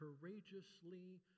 courageously